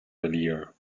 earlier